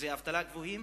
אחוזי אבטלה גבוהים.